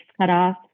cutoff